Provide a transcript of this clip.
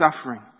suffering